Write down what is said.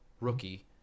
rookie